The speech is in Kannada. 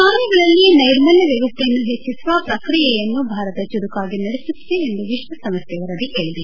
ಶಾಲೆಗಳಲ್ಲಿ ನೈರ್ಮಲ್ಯ ವ್ಯವಸ್ಥೆಯನ್ನು ಹೆಚ್ಚಿಸುವ ಪ್ರಕ್ರಿಯೆಯನ್ನು ಭಾರತ ಚುರುಕಾಗಿ ನಡೆಸುತ್ತಿದೆ ಎಂದು ವಿಶ್ವಸಂಸ್ಥೆಯ ವರದಿ ಹೇಳಿದೆ